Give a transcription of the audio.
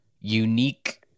unique